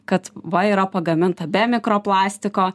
kad va yra pagaminta be mikro plastiko